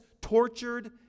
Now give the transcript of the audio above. tortured